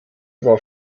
war